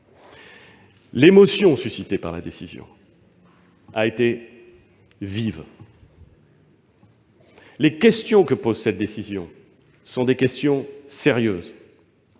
L'émotion suscitée par la décision a été vive. Les questions que pose cette décision sont sérieuses.